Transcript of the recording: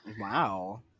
Wow